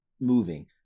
moving